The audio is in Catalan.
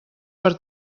per